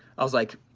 i was like,